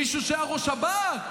מישהו שהיה ראש שב"כ,